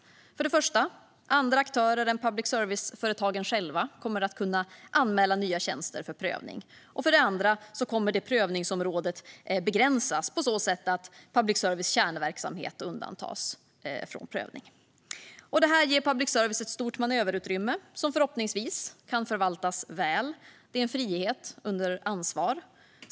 För det första kommer andra aktörer än public service-företagen själva att kunna anmäla nya tjänster för prövning. För det andra kommer prövningsområdet att begränsas på så sätt att public services kärnverksamhet undantas från prövning. Det ger public service ett stort manöverutrymme som förhoppningsvis kan förvaltas väl. Det är en frihet under ansvar.